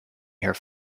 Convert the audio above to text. here